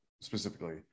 specifically